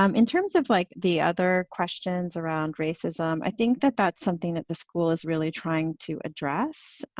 um in terms of like the other questions around racism, i think that that's something that the school is really trying to address